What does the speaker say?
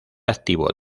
activo